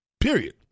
Period